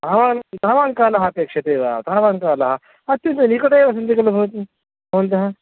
तावत् तावान् कालः अपेक्षते वा तावान् कालः अत्यन्तं निकटे एव सन्ति खलु भवन्तः भवन्तः